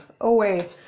away